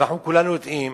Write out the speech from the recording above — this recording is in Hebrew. ואנחנו כולנו יודעים,